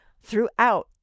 Throughout